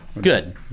Good